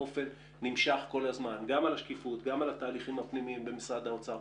גם לגבי התהליכים הפנימיים במשרד האוצר,